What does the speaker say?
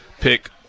pick